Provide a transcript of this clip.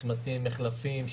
מחלפים,